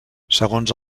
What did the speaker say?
segons